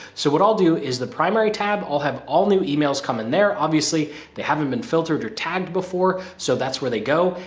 so, what i'll do is the primary tab. i'll have all new emails come in there. obviously they haven't been filtered or tagged before. so that's where they go.